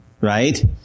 Right